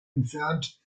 entfernt